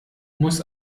muss